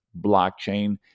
blockchain